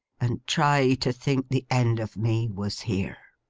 and try to think the end of me was here